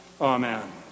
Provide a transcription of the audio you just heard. Amen